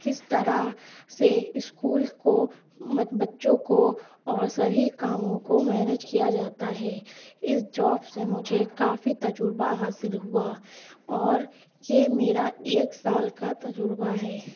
کس طرح سے اسکول کو بچوں کو اور سبھی کاموں کو مینج کیا جاتا ہے اس جاب سے مجھے کافی تجربہ حاصل ہوا اور یہ میرا ایک سال کا تجربہ ہے